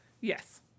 Yes